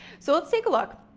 so let's take a look.